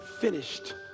finished